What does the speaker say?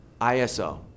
ISO